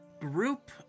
group